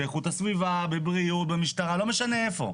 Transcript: באיכות הסביבה, בבריאות, במשטרה, לא משנה איפה.